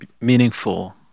meaningful